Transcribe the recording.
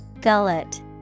Gullet